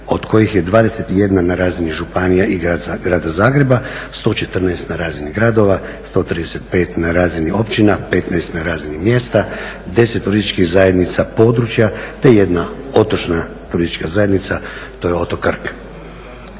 od kojih je 21 na razini županija i Grada Zagreba, 114 na razini gradova, 135 na razini općina, 15 na razini mjesta, 10 turističkih zajednica područja te jedna otočna turistička zajednica, to je otok Krk.